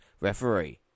referee